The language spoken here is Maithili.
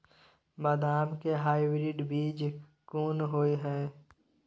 बदाम के हाइब्रिड बीज कोन होय है?